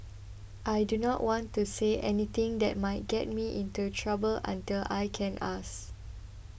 I do not want to say anything that might get me into trouble until I can ask